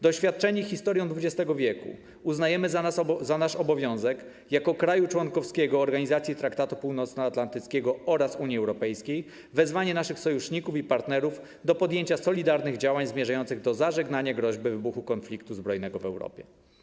Doświadczeni historią XX wieku, uznajemy za nasz obowiązek - jako kraju członkowskiego Organizacji Traktatu Północnoatlantyckiego oraz Unii Europejskiej - wezwanie naszych sojuszników i partnerów do podjęcia solidarnych działań zmierzających do zażegnania groźby wybuchu konfliktu zbrojnego w Europie.